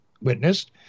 witnessed